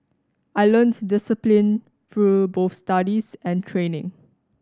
I learnt discipline through both studies and training